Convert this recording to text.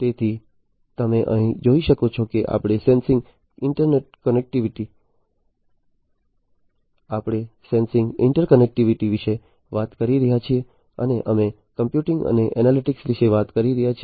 તેથી તમે અહીં જોઈ શકો છો કે આપણે સેન્સિંગ ઇન્ટરકનેક્ટિવિટી વિશે વાત કરી રહ્યા છીએ અને અમે કમ્પ્યુટિંગ અને એનાલિટિક્સ વિશે વાત કરી રહ્યા છીએ